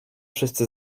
wszyscy